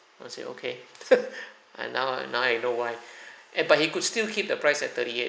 and I said okay uh now now I know why eh but he could still keep the price at thirty-eight